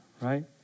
Right